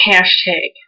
Hashtag